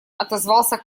отозвался